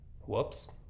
Whoops